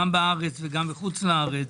גם בארץ וגם בחוץ לארץ.